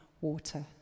water